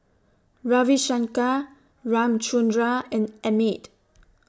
Ravi Shankar Ramchundra and Amit